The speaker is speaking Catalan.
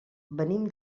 venim